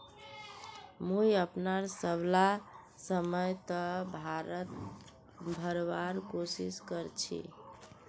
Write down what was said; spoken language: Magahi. मुई अपनार सबला समय त भरवार कोशिश कर छि